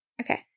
Okay